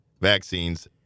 vaccines